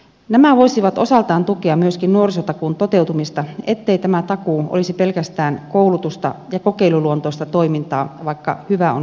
nämä voisivat osaltaan tukea myöskin nuorisotakuun toteutumista ettei tämä takuu olisi pelkästään koulutusta ja kokeiluluonteista toimintaa vaikka hyvää on sekin